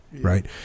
right